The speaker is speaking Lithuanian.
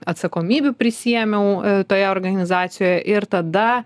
atsakomybių prisiėmiau toje organizacijoje ir tada